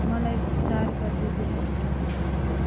मलाई चार बजे बिहान उठाउनुहोस्